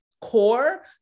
core